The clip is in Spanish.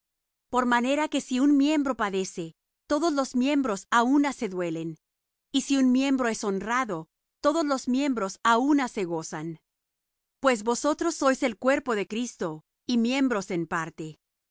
por manera que si un miembro padece todos los miembros á una se duelen y si un miembro es honrado todos los miembros á una se gozan pues vosotros sois el cuerpo de cristo y miembros en parte